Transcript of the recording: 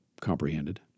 comprehended